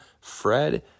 Fred